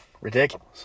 Ridiculous